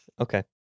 okay